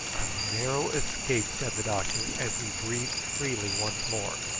a narrow escape! said the doctor, as we breathed freely once more.